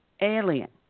alien